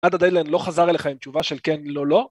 עד הדדליין לא חזר אליך עם תשובה של כן, לא, לא.